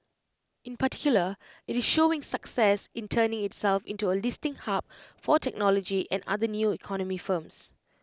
in particular IT is showing success in turning itself into A listing hub for technology and other new economy firms